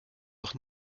doch